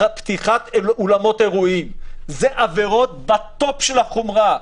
פתיחת אולמות אירועים זה עבירות בטופ של החומרה.